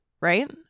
right